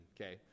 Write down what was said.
okay